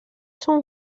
són